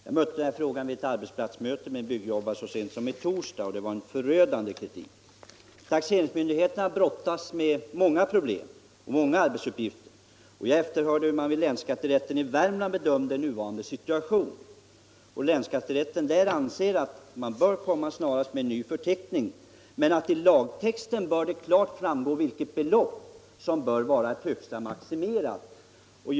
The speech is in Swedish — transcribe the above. Den här frågan kom upp vid ett arbetsplatsmöte med byggjobbare så sent som i torsdags, och det var en förödande kritik som framfördes där. Taxeringsmyndigheterna brottas med många problem och arbetsuppgifter, och jag efterhörde hur länsskatterätten i Värmlands län bedömde nuvarande situation. Länsskatterätten ansåg att en ny förteckning över yrkesgrupper snarast bör utformas samt att det i lagtexten klart bör framgå vilket belopp som bör vara maximibelopp.